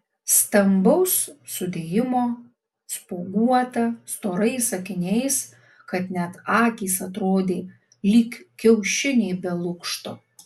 stambaus sudėjimo spuoguota storais akiniais kad net akys atrodė lyg kiaušiniai be lukšto